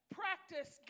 practice